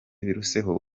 biruseho